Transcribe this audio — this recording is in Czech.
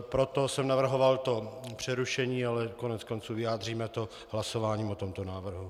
Proto jsem navrhoval přerušení, ale koneckonců vyjádříme to hlasováním o tomto návrhu.